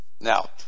Now